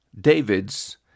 David's